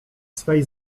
swej